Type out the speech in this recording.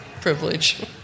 privilege